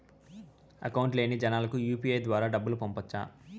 Account లేని జనాలకు UPI ద్వారా డబ్బును పంపొచ్చా?